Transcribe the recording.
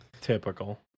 Typical